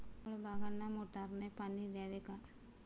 फळबागांना मोटारने पाणी द्यावे का?